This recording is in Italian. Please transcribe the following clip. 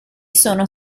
sono